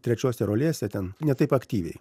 trečiose rolėse ten ne taip aktyviai